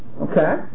Okay